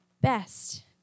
best